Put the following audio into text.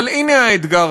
אבל הנה האתגר,